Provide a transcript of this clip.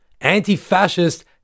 anti-fascist